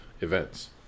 events